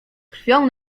krwią